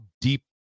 deep